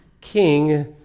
king